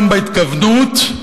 גם בהתכוונות,